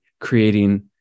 creating